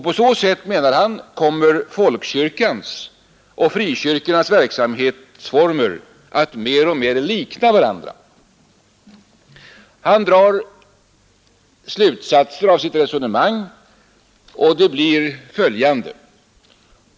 På så sätt, menar han, kommer folkkyrkans och frikyrkornas verksamhetsformer att mer och mer likna varandra, Professor Wingren drar slutsatser av sitt resonemang och de blir följande.